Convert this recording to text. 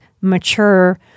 mature